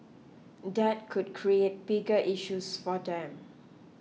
that could create bigger issues for them